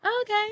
Okay